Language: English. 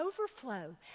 overflow